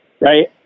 right